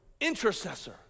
intercessor